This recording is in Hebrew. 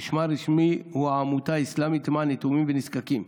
ששמה הרשמי הוא "העמותה האסלאמית למען יתומים ונזקקים".